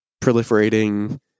proliferating